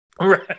Right